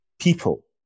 people